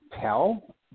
tell